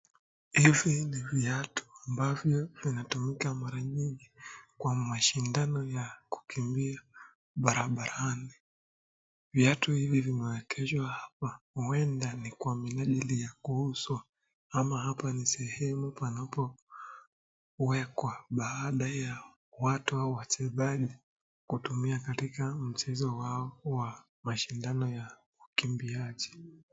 Hivi ni viatu ambavyo vinatumika mara nyingi kwa mashindano ya kukimbia barabarani. Viatu hivi vimewekeshwa hapa huenda ni kwa minajili ya kuuzwa ama hapa ni sehemu panapowekwa baada ya watu au wachezaji kutumia katika mchezo wao wa mashindano ya ukimbiaji.